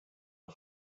off